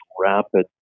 rapid